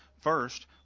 First